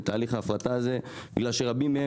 עם תהליך ההפרטה הזה בגלל שרבים מהם